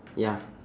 ya